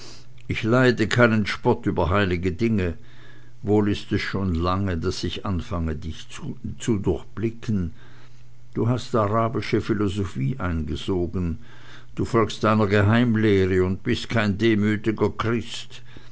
ich leide keinen spott über heilige dinge wohl ist es schon lange daß ich anfange dich zu durchblicken du hast arabische philosophie eingesogen du folgst einer geheimlehre und bist kein demütiger christ